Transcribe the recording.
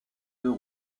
deux